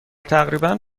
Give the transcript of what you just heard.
تقریبا